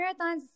marathons